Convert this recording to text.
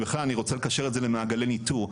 בכלל אני רוצה לקשר את זה למעגלי ניטור,